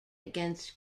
against